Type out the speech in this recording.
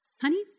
honey